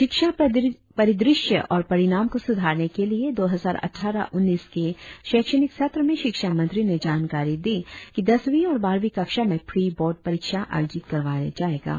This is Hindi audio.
शिक्षा परिदृश्य और परिणाम को सुधारने के लिए दो हजार अटठरह उन्नीस के शैक्षणिक सत्र में शिक्षा मंत्री ने जानकारी दी कि दसवीं और बारहवीं कक्षा में प्री बोर्ड परीक्षा आयोजित करवाया जाऐंगा